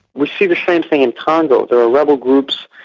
we see the same thing in congo. there are rebel groups,